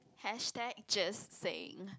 hashtag just saying